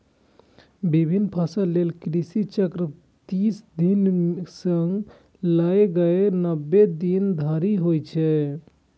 विभिन्न फसल लेल कृषि चक्र तीस दिन सं लए कए नब्बे दिन धरि होइ छै